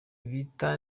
bita